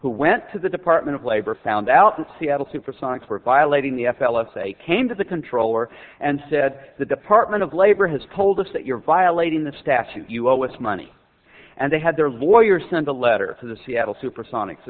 who went to the department of labor found out the seattle supersonics were violating the f l s they came to the controller and said the department of labor has told us that you're violating the statute you owe us money and they had their lawyers send a letter to the seattle supersonics